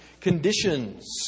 conditions